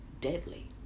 deadly